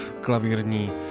klavírní